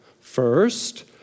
first